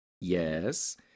Yes